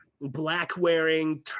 black-wearing